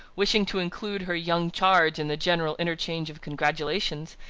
wishing to include her young charge in the general interchange of congratulations,